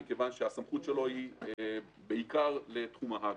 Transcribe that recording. מכיוון שהסמכות שלו היא בעיקר לתחום ההג"א.